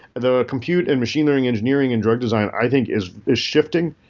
the compute and machine learning engineering in drug design i think is is shifting.